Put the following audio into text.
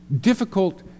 difficult